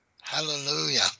Hallelujah